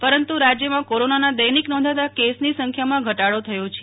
પરંતુ રાજ્યમાં કોરોનાના દૈનિક નોંધાતા કેસની સંખ્યામાં ઘટાડો થયો છે